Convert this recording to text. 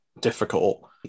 difficult